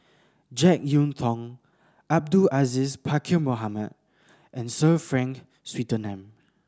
Jek Yeun Thong Abdul Aziz Pakkeer Mohamed and Sir Frank Swettenham